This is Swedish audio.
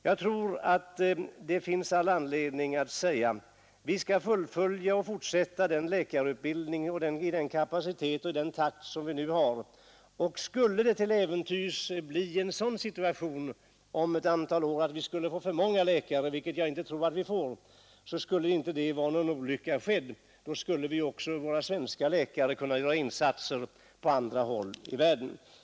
Jag tror att det finns all anledning att säga att vi skall fullfölja och fortsätta läkarutbildningen i nuvarande takt. Skulle det till äventyrs bli en sådan situation om några år att vi skulle få för många läkare, vilket jag inte tror, då vore ingen oly skedd. Då skulle våra svenska läkare också kunna göra insatser på andra håll i världen.